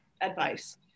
advice